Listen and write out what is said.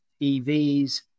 EVs